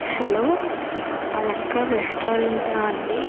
hello అలంకా రెస్టారెంటా అండి